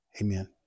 Amen